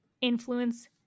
influence